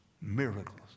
miracles